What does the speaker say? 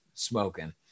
smoking